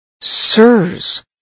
Sirs